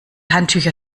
handtücher